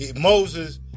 Moses